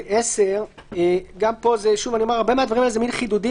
זה 10. הרבה מהדברים האלה זה מן חידודים